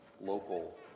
local